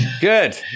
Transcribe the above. Good